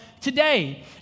today